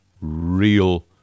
real